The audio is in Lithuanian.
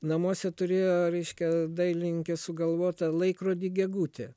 namuose turėjo reiškia dailininkės sugalvotą laikrodį gegutę